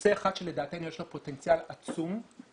נושא אחד שלדעתנו יש לו פוטנציאל עצום והוא